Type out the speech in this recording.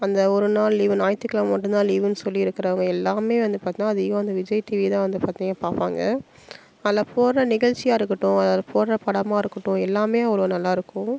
அந்த ஒரு நாள் லீவு ஞாயித்துக்கிலம மட்டும் தான் லீவுன்னு சொல்லி இருக்கிறவுங்க எல்லாமே வந்து பார்த்தனா அதிகம் வந்து விஜய் டிவி தான் வந்து பார்த்திங்கன்னா பார்ப்பாங்க அதில் போடுகிற நிகழ்ச்சியாக இருக்கட்டும் அதில் போடுகிற படமாக இருக்கட்டும் எல்லாமே அவ்வளோ நல்லா இருக்கும்